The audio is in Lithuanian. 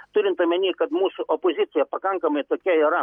turint omeny kad mūsų opozicija pakankamai tokia yra